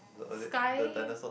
sky